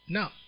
Now